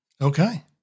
Okay